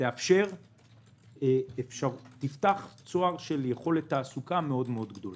תפתח צוהר של יכולת תעסוקה מאוד גדולה.